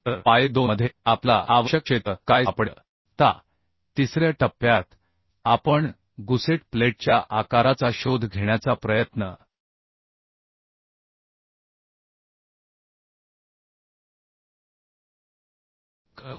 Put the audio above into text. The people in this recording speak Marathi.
तर पायरी 2 मध्ये आपल्याला आवश्यक क्षेत्र काय सापडेल आता तिसऱ्या टप्प्यात आपण गुसेट प्लेटच्या आकाराचा शोध घेण्याचा प्रयत्न करू